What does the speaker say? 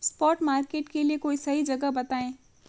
spot market के लिए कोई सही जगह बताएं